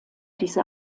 diese